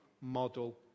model